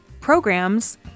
Programs